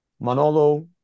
Manolo